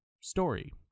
story